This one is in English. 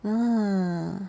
ah